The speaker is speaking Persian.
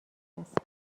است